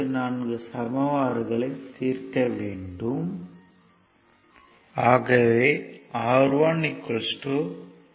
44 சமன்பாடுகளை தீர்க்க வேண்டும்